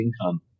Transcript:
income